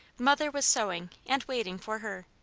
mother was sewing and waiting for her.